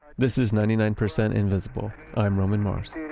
this is ninety nine percent invisible. i'm roman mars